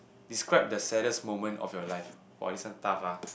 describe the saddest moment of your life !wah! this one tough ah